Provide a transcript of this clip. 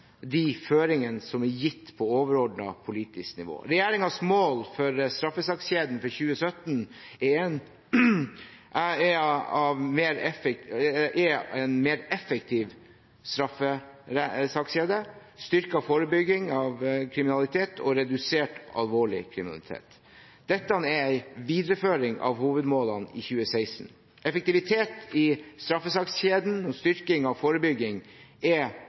de føringene som er gitt på overordnet politisk nivå. Regjeringens mål for straffesakskjeden for 2017 er en mer effektiv straffesakskjede, styrket forebygging av kriminalitet og redusert alvorlig kriminalitet. Dette er en videreføring av hovedmålene i 2016. Effektivitet i straffesakskjeden og styrking av forebygging er